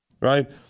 right